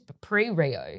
pre-Rio